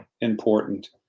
important